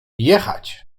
jechać